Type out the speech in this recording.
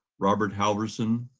robert halverson,